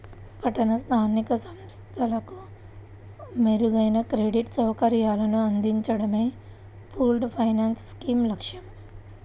పట్టణ స్థానిక సంస్థలకు మెరుగైన క్రెడిట్ సౌకర్యాలను అందించడమే పూల్డ్ ఫైనాన్స్ స్కీమ్ లక్ష్యం